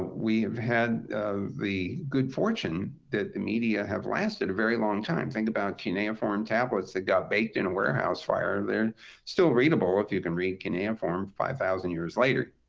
we have had the good fortune that the media have lasted a very long time. think about cuneiform tablets that got baked in a warehouse fire. they're still readable if you can read cuneiform five thousand years later.